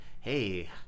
hey